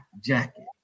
jacket